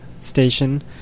station